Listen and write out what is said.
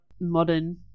modern